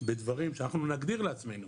בדברים שאנחנו נגדיר לעצמנו